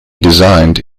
designed